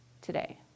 today